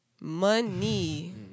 Money